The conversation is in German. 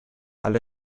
alle